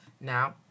now